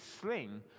sling